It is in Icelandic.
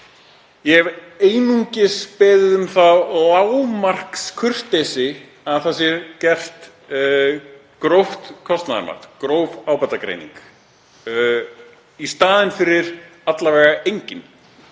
Ég hef einungis beðið um þá lágmarkskurteisi að gert sé gróft kostnaðarmat, gróf ábatagreining í staðinn fyrir að engin